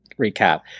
recap